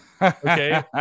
Okay